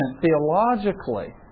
theologically